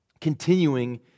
continuing